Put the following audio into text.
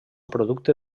producte